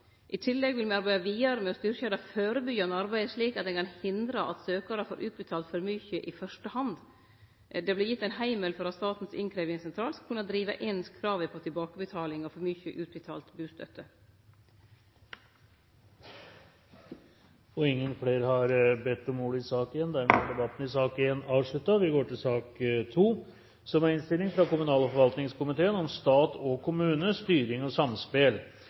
I tillegg vil me arbeide vidare med å styrkje det førebyggjande arbeidet, slik at ein kan hindre at søkjarar får utbetalt for mykje i fyrste hand. Det vert gitt ein heimel for at Statens innkrevjingssentral skal kunne drive inn krava på tilbakebetaling av for mykje utbetalt bustøtte. Flere har ikke bedt om ordet til sak nr. 1. Etter ønske fra kommunal- og forvaltningskomiteen vil presidenten forslå at debatten blir begrenset til 1 time og 35 minutter, og